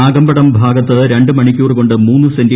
നാഗമ്പടം ഭാഗത്ത് രണ്ട് മണിക്കൂർ കൊണ്ട് ദ സെന്റി